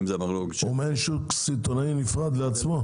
כלומר, יש לו שוק סיטונאי נפרד לעצמו.